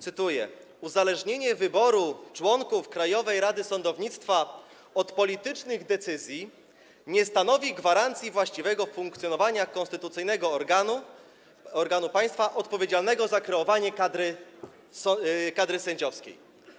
Cytuję: Uzależnienie wyboru członków Krajowej Rady Sądownictwa od politycznych decyzji nie stanowi gwarancji właściwego funkcjonowania konstytucyjnego organu państwa odpowiedzialnego za kreowanie kadry sędziowskiej.